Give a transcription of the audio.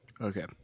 Okay